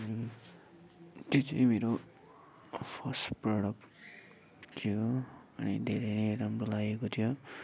अनि त्यो चाहिँ मेरो फर्स्ट प्रोडक्ट थियो अनि धेरै नै राम्रो लागेको थियो